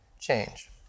change